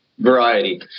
Variety